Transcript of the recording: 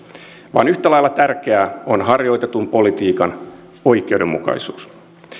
vaan yhtä lailla tärkeää on harjoitetun politiikan oikeudenmukaisuus